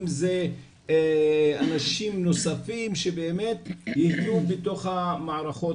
אם זה אנשים נוספים שבאמת יבנו בתוך המערכות